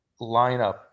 lineup